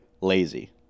Lazy